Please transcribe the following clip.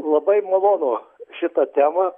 labai malonu šita tema